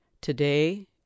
today